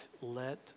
let